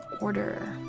order